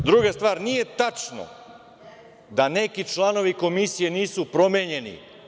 Druga stvar, nije tačno da neki članovi Komisije nisu promenjeni.